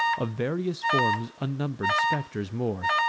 of various forms unnumber'd specters more,